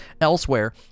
elsewhere